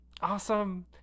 awesome